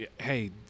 hey